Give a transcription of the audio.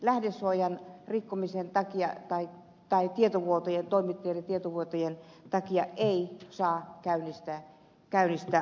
lähdesuojan rikkomisen takia tai toimittajille tehtyjen tietovuotojen takia ei saa käynnistää automaattista hakua